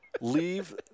leave